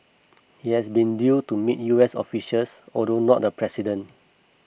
he has been due to meet U S officials although not the president